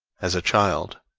as a child,